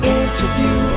interview